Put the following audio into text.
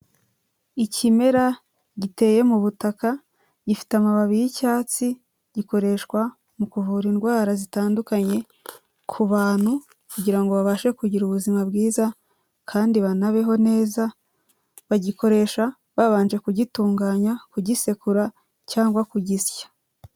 Ikimera giteye mu butaka, gifite amababi y'icyatsi, gikoreshwa mu kuvura indwara zitandukanye ku bantu, kugira ngo babashe kugira ubuzima bwiza kandi banabeho neza, bagikoresha babanje kugitunganya, kugisekura, cyangwa kugisya.